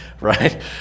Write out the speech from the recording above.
right